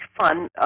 fun